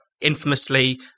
infamously